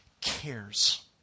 cares